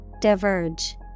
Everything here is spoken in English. Diverge